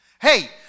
Hey